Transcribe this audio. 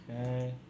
Okay